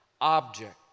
object